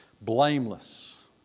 Blameless